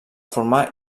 formar